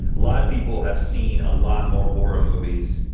a lot of people have seen a lot more horror movies,